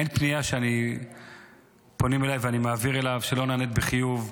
אין פנייה שפונים אליי ואני מעביר אליו שלא נענית בחיוב,